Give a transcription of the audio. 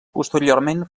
posteriorment